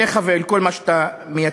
אליך ואל כל מה שאתה מייצג.